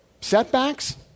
setbacks